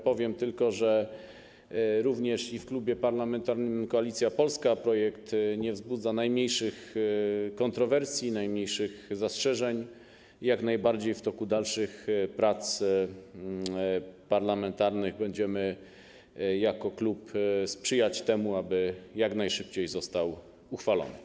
Powiem tylko, że również w Klubie Parlamentarnym Koalicja Polska projekt nie wzbudza najmniejszych kontrowersji, najmniejszych zastrzeżeń i jak najbardziej w toku dalszych prac parlamentarnych będziemy jako klub sprzyjać temu, aby jak najszybciej został uchwalony.